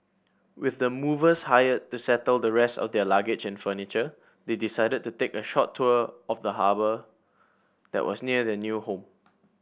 with the movers hired to settle the rest of their luggage and furniture they decided to take a short tour of the harbour that was near their new home